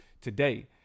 today